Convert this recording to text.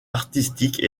artistiques